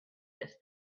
this